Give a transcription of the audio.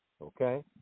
Okay